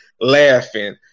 laughing